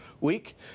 week